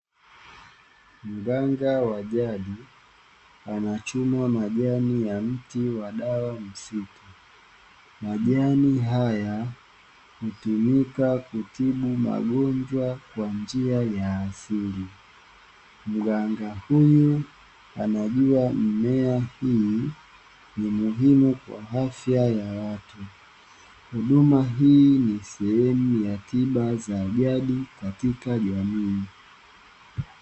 Mganga wa jadi anachuma majani ya mti wa dawa msitu, majani haya hutumika kutibu magonjwa kwa njia ya asili. Mganga huyu anajua mimea hii, ni muhimu kwa afya ya watu. Huduma hii ni sahemu ya tiba za jadi katika jamii.